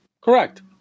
Correct